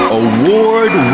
award